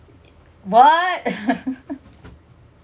what